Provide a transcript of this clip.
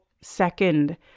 second